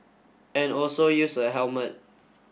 and also use a helmet